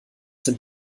sind